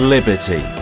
Liberty